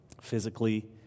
physically